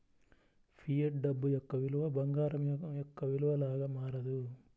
fiat డబ్బు యొక్క విలువ బంగారం యొక్క విలువ లాగా మారదు